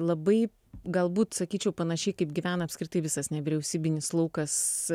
labai galbūt sakyčiau panašiai kaip gyvena apskritai visas nevyriausybinis laukas